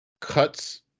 cuts